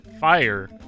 fire